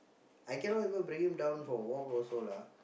I cannot even bring him down for a walk also lah